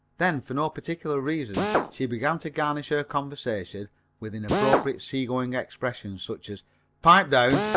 then for no particular reason she began to garnish her conversation with inappropriate seagoing expressions, such as pipe down,